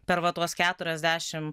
per va tuos keturiasdešim